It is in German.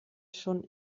schon